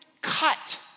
cut